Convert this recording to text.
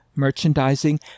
merchandising